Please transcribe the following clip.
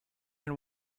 and